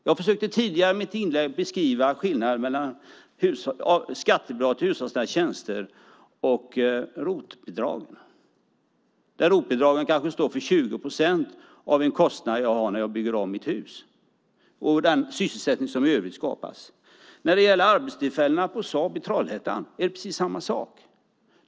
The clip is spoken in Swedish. Jag försökte tidigare i mitt inlägg beskriva skillnaden mellan skattebidrag till hushållsnära tjänster och ROT-bidrag, där ROT-bidrag utgör kanske 20 procent av den kostnad jag har när jag bygger om mitt hus och i övrigt skapar sysselsättning. När det gäller arbetstillfällena på Saab i Trollhättan är det precis samma sak.